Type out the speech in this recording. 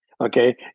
okay